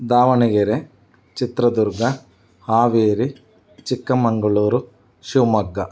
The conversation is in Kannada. ದಾವಣಗೆರೆ ಚಿತ್ರದುರ್ಗ ಹಾವೇರಿ ಚಿಕ್ಕಮಗಳೂರು ಶಿವಮೊಗ್ಗ